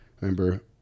remember